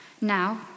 Now